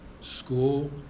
school